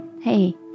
Hey